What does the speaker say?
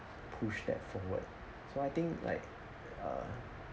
push that forward so I think like uh